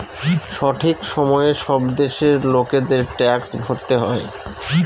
সঠিক সময়ে সব দেশের লোকেদের ট্যাক্স ভরতে হয়